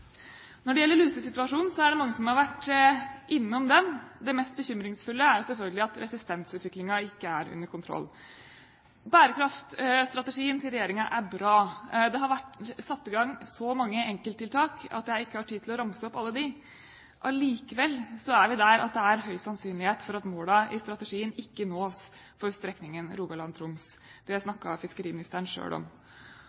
Når det gjelder lusesituasjonen, er det mange som har vært innom den. Det mest bekymringsfulle er selvfølgelig at resistensutviklingen ikke er under kontroll. Bærekraftsstrategien til regjeringen er bra. Det har vært satt i gang så mange enkelttiltak at jeg ikke har tid til å ramse opp alle. Likevel er vi der at det er høy sannsynlighet for at målene i strategien ikke nås for strekningen Rogaland–Troms. Det snakket fiskeriministeren selv om. Oppdrettslaks er en av de viktigste eksportartiklene vi har. Det